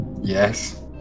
Yes